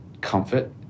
comfort